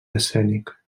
escènic